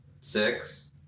six